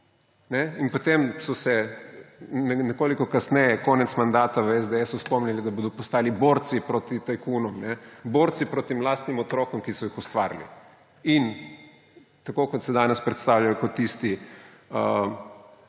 In potem so se nekoliko kasneje, konec mandata, v SDS spomnili, da bodo postali borci proti tajkunom – ne? Borci proti lastnim otrokom, ki so jih ustvarili. Tako kot se danes predstavljajo kot tisti,